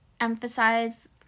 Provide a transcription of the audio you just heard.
emphasize